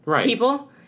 People